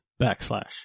backslash